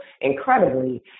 incredibly